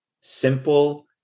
simple